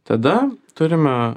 tada turime